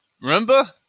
remember